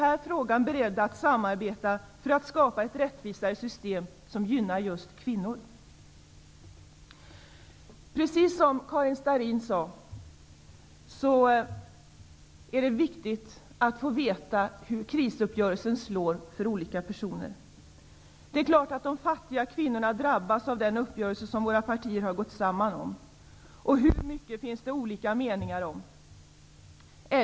Är vi beredda att samarbeta i den frågan för att skapa ett rättvisare system som gynnar just kvinnor? Precis som Karin Starrin sade är det viktigt att få veta hur krisuppgörelsen slår för olika personer. Det är klart att de fattiga kvinnorna drabbas av den uppgörelse som våra partier har gått samman om. Hur mycket de drabbas råder det delade meningar om.